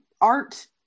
art